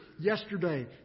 yesterday